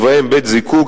ובהם בתי-הזיקוק,